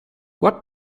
what